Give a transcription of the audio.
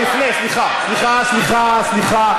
לפני, סליחה, סליחה.